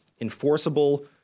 enforceable